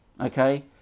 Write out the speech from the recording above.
okay